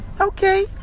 Okay